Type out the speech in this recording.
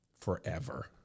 forever